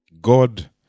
God